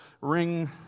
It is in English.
ring